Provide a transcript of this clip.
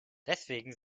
deswegen